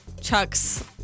Chuck's